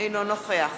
אינו נוכח